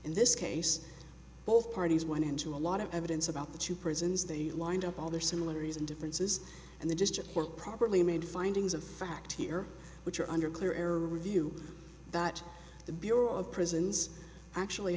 in this case both parties went into a lot of evidence about the two prisons they lined up all their similarities and differences and they just weren't properly made findings of fact here which are under clear error review that the bureau of prisons actually